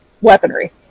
Weaponry